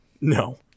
No